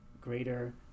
greater